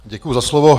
Děkuji za slovo.